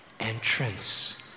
Entrance